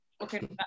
Okay